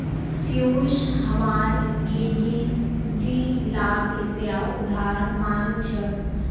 पियूष हमार लीगी दी लाख रुपया उधार मांग छ